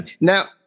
Now